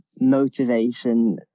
motivation